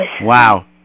Wow